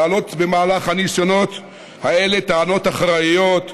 להעלות במהלך הניסיונות האלה טענות אחראיות,